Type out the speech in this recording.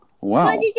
wow